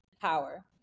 power